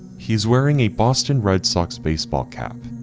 he's wearing a boston red sox baseball cap,